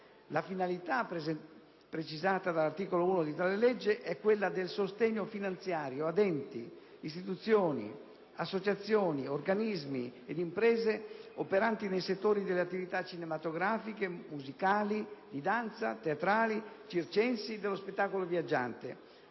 La finalità, precisata all'articolo 1 della suddetta legge, è quella del sostegno finanziario ad enti, istituzioni, associazioni, organismi ed imprese operanti nei settori delle attività cinematografiche, musicali, di danza, teatrali, circensi e dello spettacolo viaggiante,